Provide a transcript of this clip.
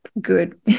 good